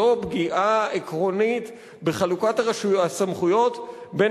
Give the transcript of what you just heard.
זו פגיעה עקרונית בחלוקת הסמכויות בין